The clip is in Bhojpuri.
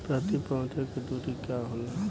प्रति पौधे के दूरी का होला?